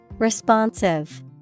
Responsive